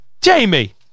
Jamie